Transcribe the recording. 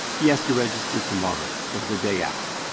he has to register tomorrow or the day after.